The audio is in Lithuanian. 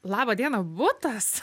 laba diena butas